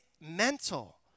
mental